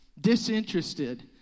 disinterested